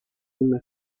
una